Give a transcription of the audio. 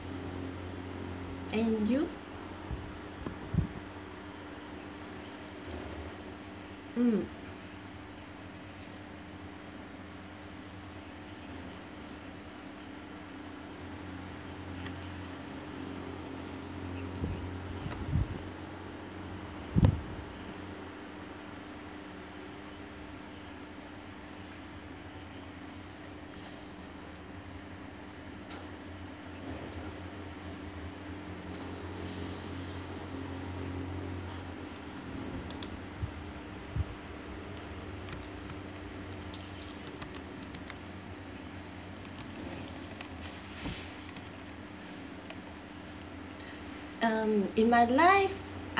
and you mm um in my life